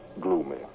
gloomy